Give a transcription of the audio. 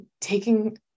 taking